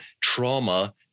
trauma